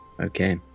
okay